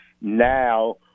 now